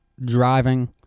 driving